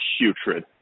putrid